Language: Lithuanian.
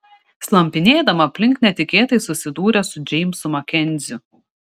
slampinėdama aplink netikėtai susidūrė su džeimsu makenziu